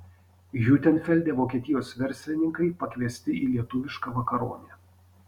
hiutenfelde vokietijos verslininkai pakviesti į lietuvišką vakaronę